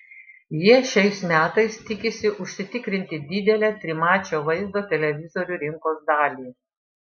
jie šiais metais tikisi užsitikrinti didelę trimačio vaizdo televizorių rinkos dalį